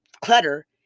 clutter